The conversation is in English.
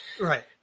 right